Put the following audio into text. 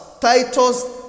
titles